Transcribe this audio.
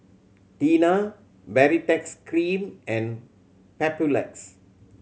Tena Baritex Cream and Papulex